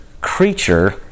creature